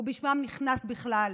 ובשמה הוא נכנס בכלל